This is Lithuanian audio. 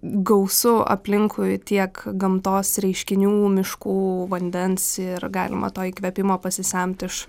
gausu aplinkui tiek gamtos reiškinių miškų vandens ir galima to įkvėpimo pasisemti iš